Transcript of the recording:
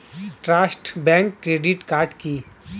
Trust bank credit card কি?